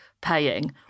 paying